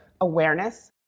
awareness